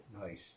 Nice